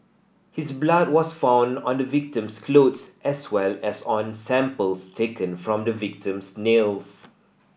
his blood was found on the victim's clothes as well as on samples taken from the victim's nails